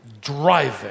driving